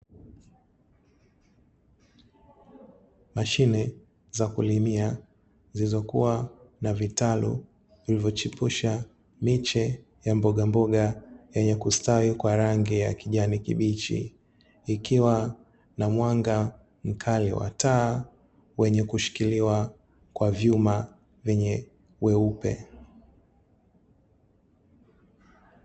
Mashine za kulimia zilizokuwa na vitalu, vilivyochepusha miche ya mbogamboga, yenye kustawi kwa rangi ya kijani kibichi, ikiwa na mwanga mkali wa taa, wenye kushikiliwa kwa vyuma vyenye weupe.